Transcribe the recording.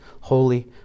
holy